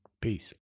Peace